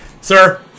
sir